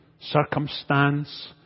circumstance